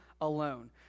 alone